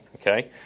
okay